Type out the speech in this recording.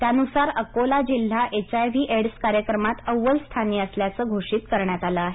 त्यानुसार अकोला जिल्हा HIV AIDS कार्यक्रमात अव्वल स्थानी असल्याचं घोषित करण्यात आलं आहे